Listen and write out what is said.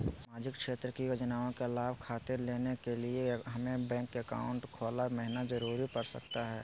सामाजिक क्षेत्र की योजनाओं के लाभ खातिर लेने के लिए हमें बैंक अकाउंट खोला महिना जरूरी पड़ सकता है?